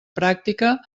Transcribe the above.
pràctica